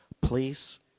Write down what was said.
please